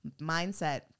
mindset